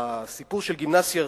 הסיפור של גימנסיה "הרצליה"